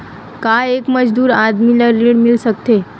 का एक मजदूर आदमी ल ऋण मिल सकथे?